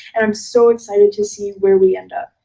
and i'm so excited to see where we end up.